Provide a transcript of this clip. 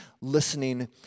listening